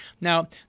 Now